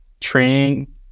training